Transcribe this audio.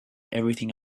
everything